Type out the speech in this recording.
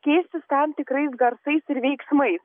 keistis tam tikrais garsais ir veiksmais